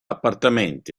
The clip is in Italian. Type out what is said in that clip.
appartamenti